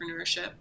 entrepreneurship